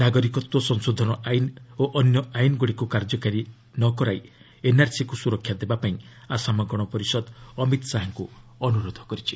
ନାଗରିକତ୍ୱ ସଂଶୋଧନ ଆଇନ୍ ଓ ଅନ୍ୟ ଆଇନ୍ଗୁଡ଼ିକୁ କାର୍ଯ୍ୟକାରୀ ନ କରାଇ ଏନ୍ଆର୍ସି କୁ ସୁରକ୍ଷା ଦେବାକୁ ଆସାମ ଗଣପରିଷଦ ଅମିତ ଶାହାଙ୍କୁ ଅନୁରୋଧ କରିଛି